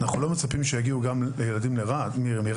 אנחנו לא מצפים שיגיעו גם לילדים מרהט.